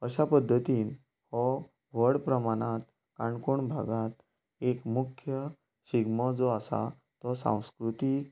अश्या पद्दतीन हो व्हड प्रमाणांत काणकोण भागांत एक मुख्य शिगमो जो आसा तो संस्कृतीक